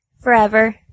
forever